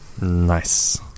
Nice